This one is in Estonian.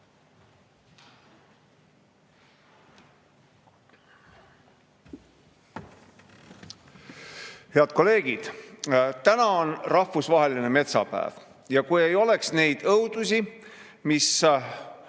Head kolleegid! Täna on rahvusvaheline metsapäev. Kui ei oleks neid õudusi, mida